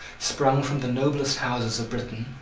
sprung from the noblest houses of britain,